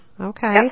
Okay